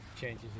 changes